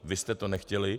Vy jste to nechtěli.